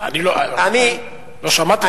לא שמעתי.